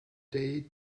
day